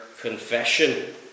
Confession